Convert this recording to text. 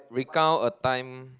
recount a time